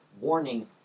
warning